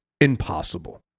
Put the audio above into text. impossible